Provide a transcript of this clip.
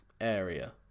area